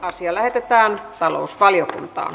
asia lähetettiin talousvaliokuntaan